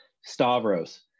stavros